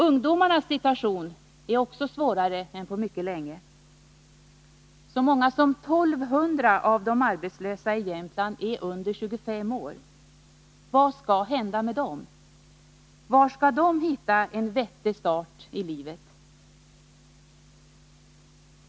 Ungdomarnas situation är också svårare än på mycket länge. Så många som 1 200 av de arbetslösa i Jämtlands län är under 25 år. Vad skall hända med dem? Var skall de få en vettig start i livet?